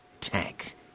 tank